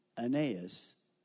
Aeneas